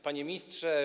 Panie Ministrze!